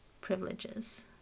privileges